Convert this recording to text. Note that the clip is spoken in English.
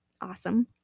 awesome